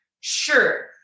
Sure